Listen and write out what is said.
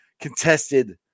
contested